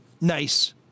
Nice